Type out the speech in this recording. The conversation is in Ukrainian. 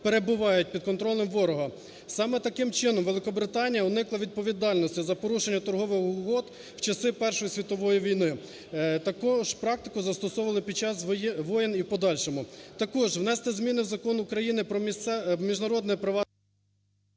перебувають під контролем ворога. Саме таким чином Великобританія уникла відповідальності за порушення торгових угод в часи Першої світової війни. Таку ж практику застосовували під час війн і в подальшому. Також внести зміни у Закон України про міжнародне… Веде